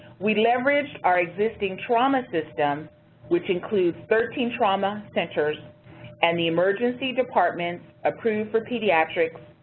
we leveraged our existing trauma system which includes thirteen trauma centers and the emergency departments approved for pediatrics,